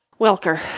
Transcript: Welker